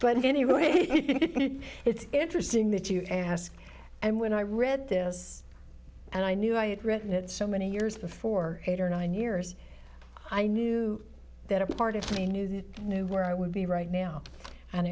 but anyway it's interesting that you ask and when i read this and i knew i had written it so many years before eight or nine years i knew that a part of me knew that knew where i would be right now and